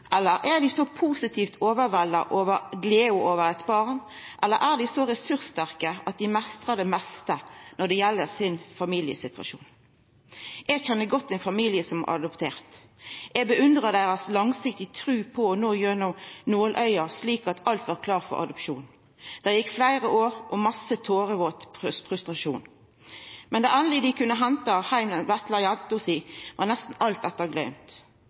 eller er dei så ressurssterke at dei meistrar det meste når det gjeld sin familiesituasjon? Eg kjenner godt ein familie som har adoptert. Eg beundrar deira langsiktige tru på å koma gjennom nålauget, slik at alt var klart for adopsjon. Det gjekk fleire år, og det var mykje tårevåt frustrasjon. Men da dei endeleg kunne henta heim den vesle jenta si, var nesten alt dette gløymt.